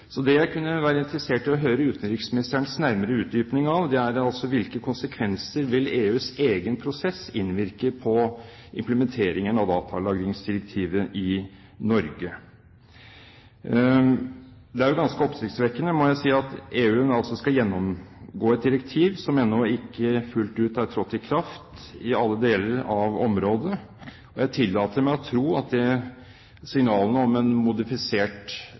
Så det jeg kunne være interessert i å høre utenriksministerens nærmere utdypning av, er: Hvilken innvirkning vil EUs egen prosess ha på implementeringen av datalagringsdirektivet i Norge? Det er jo ganske oppsiktsvekkende, må jeg si, at EU skal gjennomgå et direktiv som ennå ikke fullt ut har trådt i kraft i alle deler av området. Jeg tillater meg å tro at signalene om et modifisert